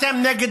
אתם נגד